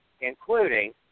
including